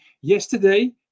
yesterday